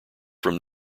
from